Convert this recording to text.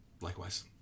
Likewise